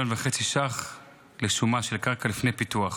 1.5 מיליון ש"ח לשומה של קרקע לפני פיתוח.